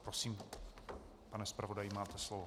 Prosím, pane zpravodaji, máte slovo.